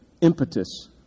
impetus